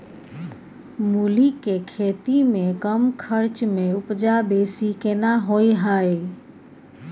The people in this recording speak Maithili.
मूली के खेती में कम खर्च में उपजा बेसी केना होय है?